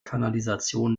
kanalisation